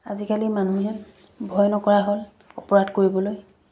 আজিকালি মানুহে ভয় নকৰা হ'ল অপৰাধ কৰিবলৈ